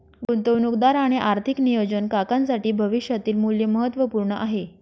गुंतवणूकदार आणि आर्थिक नियोजन काकांसाठी भविष्यातील मूल्य महत्त्वपूर्ण आहे